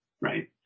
right